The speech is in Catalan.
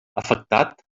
afectat